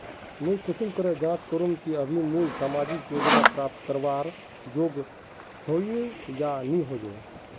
मुई कुंसम करे जाँच करूम की अभी मुई सामाजिक योजना प्राप्त करवार योग्य होई या नी होई?